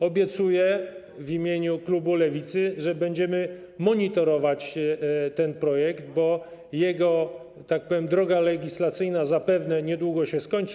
Obiecuję w imieniu klubu Lewicy, że będziemy monitorować ten projekt, bo jego, że tak powiem, droga legislacyjna zapewne niedługo się skończy.